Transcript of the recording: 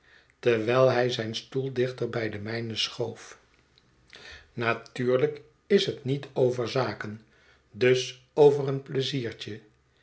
terwijl hij zijn stoel dichter bij den mijnen schoof natuurlijk is het niet over zaken dus over een pleiziertje